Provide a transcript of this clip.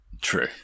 True